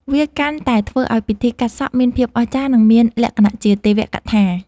វាកាន់តែធ្វើឱ្យពិធីកាត់សក់មានភាពអស្ចារ្យ និងមានលក្ខណៈជាទេវកថា។